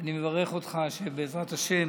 ואני מברך אותך שבעזרת השם